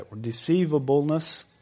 deceivableness